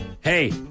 hey